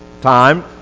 time